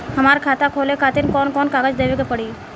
हमार खाता खोले खातिर कौन कौन कागज देवे के पड़ी?